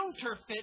counterfeit